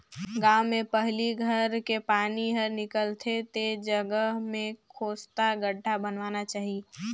गांव में पहली घर के पानी हर निकल थे ते जगह में सोख्ता गड्ढ़ा बनवाना चाहिए